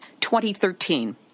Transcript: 2013